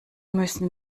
müssen